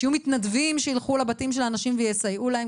שיהיו מתנדבים שילכו לבתים של האנשים ויסייעו להם,